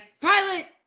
pilot